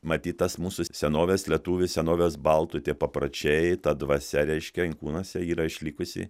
matyt tas mūsų senovės lietuvių senovės baltų tie papračiai ta dvasia reiškia inkūnuose yra išlikusi